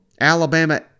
Alabama